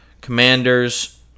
Commanders